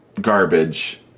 garbage